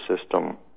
system